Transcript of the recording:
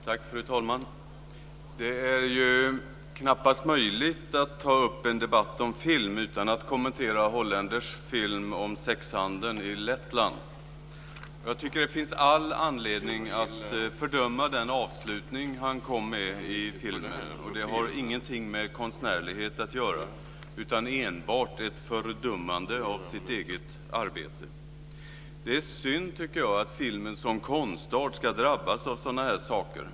Fru talman! Det är knappast möjligt att ta upp en debatt om film utan att kommentera Hollenders film om sexhandeln i Lettland. Jag tycker att det finns all anledning att fördöma den avslutning han kom med i filmen. Det har ingenting med konstnärlighet att göra utan är enbart ett fördömande av hans eget arbete. Det är synd, tycker jag, att filmen som konstart ska drabbas av sådana här saker.